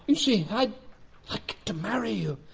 and see, i'd like to marry you.